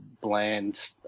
bland